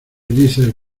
dices